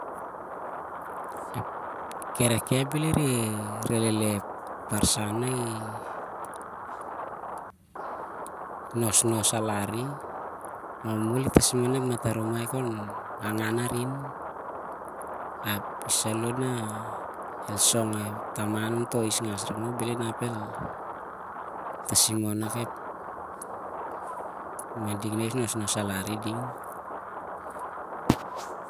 Ep kereke bhel i rere ep barsan na i nos alari, ma- mamol i tasim onep matarumai khon angan aran. mah isong e- taman onto isngas moh, mading na inosnos alar iding.